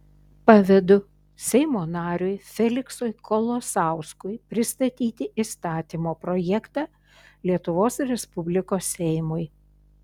pavedu seimo nariui feliksui kolosauskui pristatyti įstatymo projektą lietuvos respublikos seimui